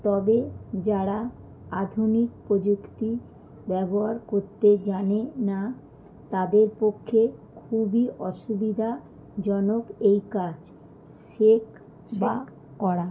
তবে যারা আধুনিক প্রযুক্তি ব্যবহার করতে জানে না তাদের পক্ষে খুবই অসুবিধাজনক এই কাজ শেখা বা করা